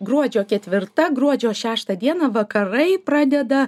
gruodžio ketvirta gruodžio šeštą dieną vakarai pradeda